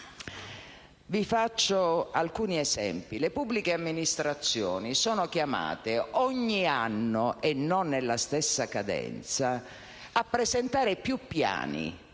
Vi faccio alcuni esempi. Le pubbliche amministrazioni sono chiamate ogni anno, e non nella stessa cadenza, a presentare più piani